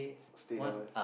stay down there